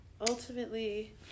ultimately